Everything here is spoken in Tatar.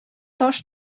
таш